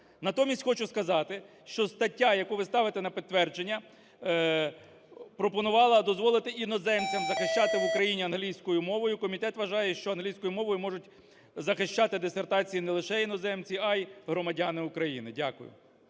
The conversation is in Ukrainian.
Натомість хочу сказати, що стаття, яку ви ставите на підтвердження, пропонувала дозволити іноземцям захищати в Україні англійською мовою. Комітет вважає, що англійською мовою можуть захищати дисертації не лише іноземці, а й громадяни України. Дякую.